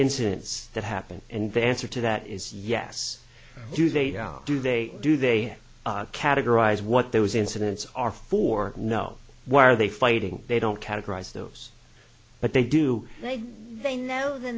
incidents that happened and the answer to that is yes do they do they do they categorize what those incidents are for no why are they fighting they don't categorize those but they do they they know the